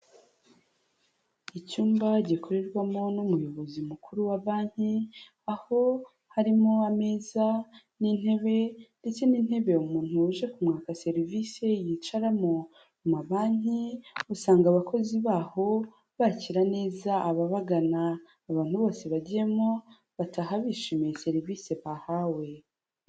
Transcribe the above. Icyumba gikorerwamo n'umuyobozi mukuru wa banki, aho harimo ameza n'intebe ndetse n'intebe umuntu uje kumwaka serivisi yicaramo, mu mabanki usanga abakozi baho bakira neza ababagana abantu bose bagiyemo bataha bishimiye serivisi bahawe.